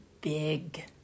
big